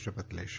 શપથ લેશે